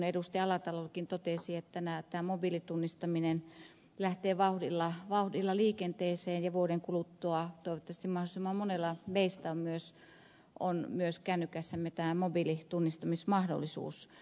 alatalokin totesi että tämä mobiilitunnistaminen lähtee vauhdilla liikenteeseen ja vuoden kuluttua toivottavasti mahdollisimman monella meistä on myös kännykässämme tämä mobiilitunnistamismahdollisuus